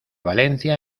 valencia